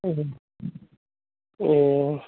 हजुर ए